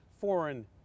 foreign